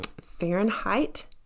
Fahrenheit